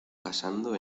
casando